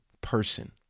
person